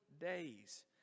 days